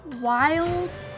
wild